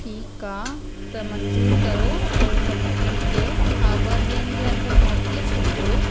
ठीकु आहे त मंजूरु करो और हुन बुकिंग खे हा ॿ ॾींहनि जे अंदरि मोकिले छॾिजो